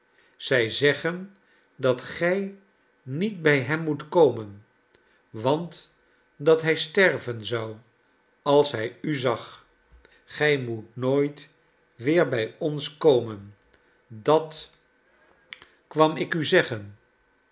zij zeggen dat gij niet by hem moet komen want dat hij sterven zou als hij u zag gij moet nooit weer bij ons komen dat kwam kit heeft zijn ontslag ik u zeggen